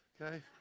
okay